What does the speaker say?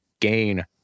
gain